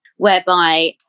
whereby